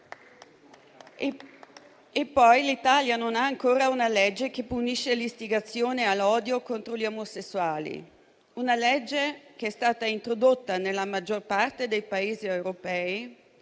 l'Italia non ha ancora una legge che punisce l'istigazione all'odio contro gli omosessuali, una legge che è stata introdotta nella maggior parte dei Paesi europei